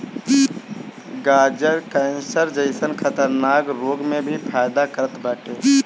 गाजर कैंसर जइसन खतरनाक रोग में भी फायदा करत बाटे